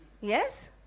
Yes